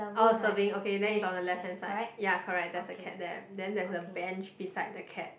oh serving okay then is on the left hand side ya correct there's a cat there then there's a bench beside the cat